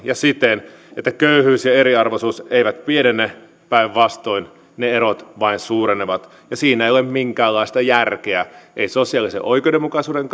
ja siten että köyhyys ja eriarvoisuus eivät pienene päinvastoin ne erot vain suurenevat siinä ei ole minkäänlaista järkeä ei sosiaalisen oikeudenmukaisuuden